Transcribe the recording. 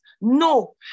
No